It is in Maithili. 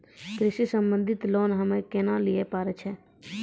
कृषि संबंधित लोन हम्मय केना लिये पारे छियै?